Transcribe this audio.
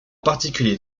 particulier